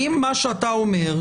מה שאתה אומר,